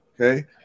okay